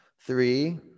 Three